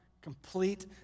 complete